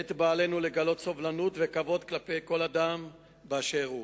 ועלינו לגלות סובלנות וכבוד כלפי כל אדם באשר הוא.